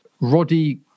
Roddy